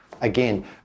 again